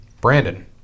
Brandon